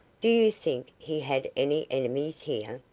do you think he had any enemies here?